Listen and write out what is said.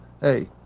hey